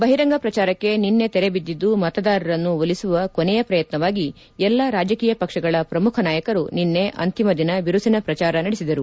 ಬಹಿರಂಗ ಪ್ರಚಾರಕ್ಷೆ ನಿನ್ನೆ ತೆರೆ ಬಿದ್ದಿದ್ದು ಮತದಾರರನ್ನು ಒಲಿಸುವ ಕೊನೆಯ ಪ್ರಯತ್ನವಾಗಿ ಎಲ್ಲಾ ರಾಜಕೀಯ ಪಕ್ಷಗಳ ಪ್ರಮುಖ ನಾಯಕರು ನಿನ್ನೆ ಅಂತಿಮ ದಿನ ಬಿರುಸಿನ ಪ್ರಚಾರ ನಡೆಸಿದರು